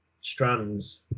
strands